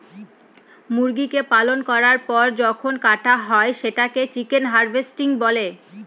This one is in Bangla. মুরগিকে পালন করার পর যখন কাটা হয় সেটাকে চিকেন হার্ভেস্টিং বলে